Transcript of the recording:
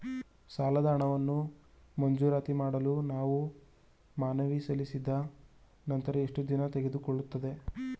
ಸಾಲದ ಹಣವನ್ನು ಮಂಜೂರಾತಿ ಮಾಡಲು ನಾವು ಮನವಿ ಸಲ್ಲಿಸಿದ ನಂತರ ಎಷ್ಟು ದಿನ ತೆಗೆದುಕೊಳ್ಳುತ್ತದೆ?